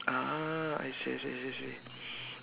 ah I see I see I see I see